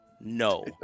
No